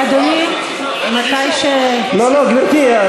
אדוני, מתי, לא, לא, גברתי.